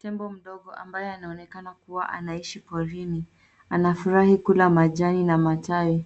Tembo mdogo ambaye anaonekana kuwa anaishi porini anafurahi kula majani na matawi.